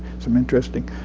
some interesting